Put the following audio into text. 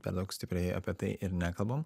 per daug stipriai apie tai ir nekalbam